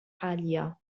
عالية